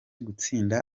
gutsinda